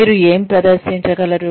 మీరు ఏమి ప్రదర్శించగలరు